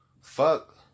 Fuck